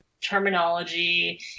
terminology